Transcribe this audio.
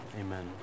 Amen